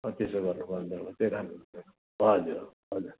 अँ त्यसो गर्नुभयो भने हो त्यो राम्रो हुन्छ हजुर हजुर